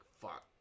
fuck